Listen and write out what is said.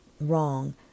wrong